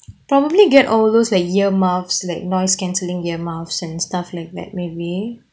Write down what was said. probably get all those like ear muffs like noise cancelling year muffs and stuff like that maybe